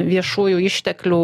viešųjų išteklių